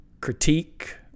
critique